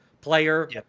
player